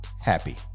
Happy